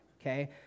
Okay